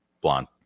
Blonde